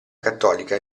cattolica